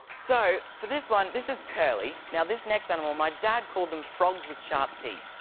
so for this one, this is curly. now, this next animal, my dad called them frogs with sharp teeth.